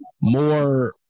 more